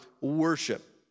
worship